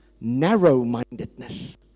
narrow-mindedness